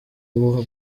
uba